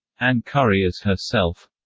ann curry as herself